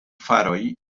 faroj